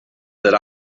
that